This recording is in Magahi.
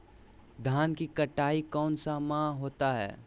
धान की कटाई कौन सा माह होता है?